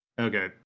Okay